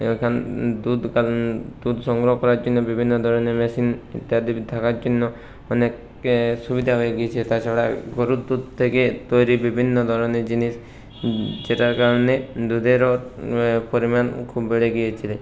এখন দুধ পালন দুধ সংগ্রহ করার জন্য বিভিন্ন ধরনের মেশিন ইত্যাদি থাকার জন্য অনেক সুবিধা হয়ে গিয়েছে তাছাড়া গরুর দুধ থেকে তৈরি বিভিন্ন ধরনের জিনিস যেটার কারণে দুধেরও পরিমাণ খুব বেড়ে গিয়েছে